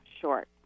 short